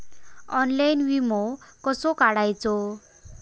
Online विमो कसो काढायचो?